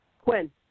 Quinn